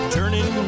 Turning